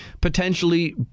potentially